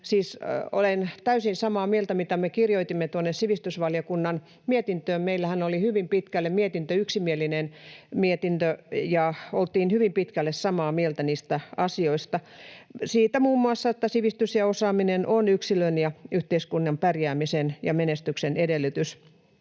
siis täysin samaa mieltä siitä, mitä me kirjoitimme tuonne sivistysvaliokunnan mietintöön. Meillähän oli hyvin pitkälle yksimielinen mietintö, ja oltiin hyvin pitkälle samaa mieltä niistä asioista, siitä muun muassa, että sivistys ja osaaminen ovat yksilön ja yhteiskunnan pärjäämisen ja menestyksen edellytys.